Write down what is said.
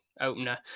opener